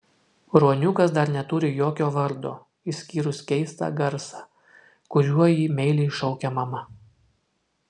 ruoniukas dar neturi jokio vardo išskyrus keistą garsą kuriuo jį meiliai šaukia mama